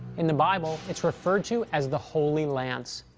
in the bible, it's referred to as the holy lance.